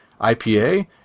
IPA